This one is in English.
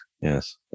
Yes